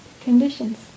conditions